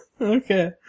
Okay